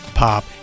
pop